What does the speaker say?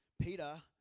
Peter